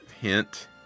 Hint